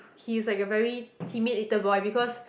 he's like a very timid little boy because